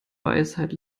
weisheit